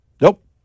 Nope